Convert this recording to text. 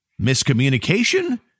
miscommunication